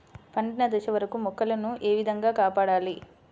పండిన దశ వరకు మొక్కల ను ఏ విధంగా కాపాడాలి?